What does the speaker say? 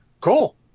Cool